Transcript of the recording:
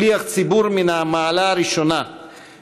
שליח ציבור מן המעלה הראשונה,